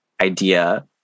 idea